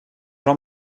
jean